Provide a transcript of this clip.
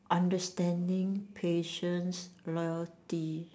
understanding patience loyalty